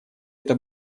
это